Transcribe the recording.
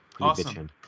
awesome